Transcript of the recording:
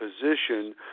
position